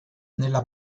nella